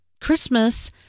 Christmas